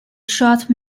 shot